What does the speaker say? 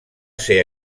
ser